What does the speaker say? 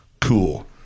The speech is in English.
cool